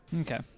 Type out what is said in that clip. okay